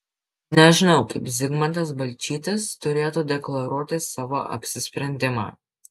nežinau kaip zigmantas balčytis turėtų deklaruoti savo apsisprendimą